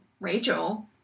Rachel